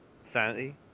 sanity